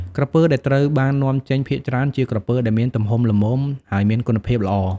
ក្រពើដែលត្រូវបាននាំចេញភាគច្រើនជាក្រពើដែលមានទំហំល្មម ហើយមានគុណភាពល្អ។